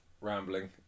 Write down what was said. rambling